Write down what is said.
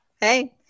hey